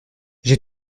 j’ai